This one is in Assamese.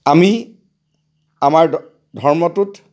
আমি আমাৰ ধৰ্মটোত